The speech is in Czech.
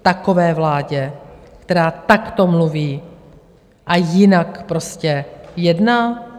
Takové vládě, která takto mluví a jinak prostě jedná?